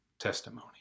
testimony